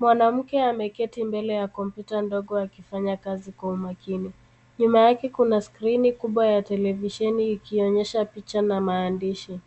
Mwanamke ameketi mbele ya kompyuta ndogo akifanya kazi kwa umakini. Nyuma yake kuna skrini kubwa ya televisheni ikionyesha picha na maandishi.